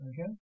okay